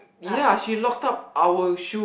ya she locked up our shoe